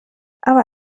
aber